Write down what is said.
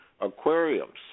aquariums